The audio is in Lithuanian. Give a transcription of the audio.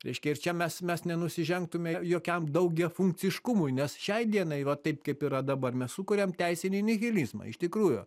reiškia ir čia mes mes nenusižengtume jokiam daugiafunkciškumui nes šiai dienai va taip kaip yra dabar mes sukuriam teisinį nihilizmą iš tikrųjų